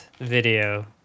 video